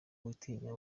witinya